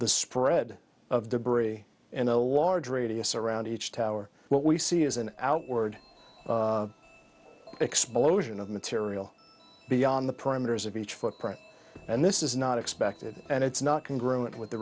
the spread of debris and a large radius around each tower what we see is an outward explosion of material beyond the parameters of each footprint and this is not expected and it's not can grow and with the